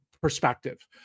perspective